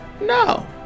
no